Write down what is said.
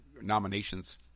nominations